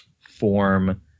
form